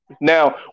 Now